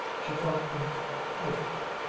she felt him quietly,